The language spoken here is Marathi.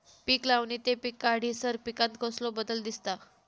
पीक लावणी ते पीक काढीसर पिकांत कसलो बदल दिसता?